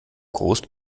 groß